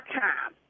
time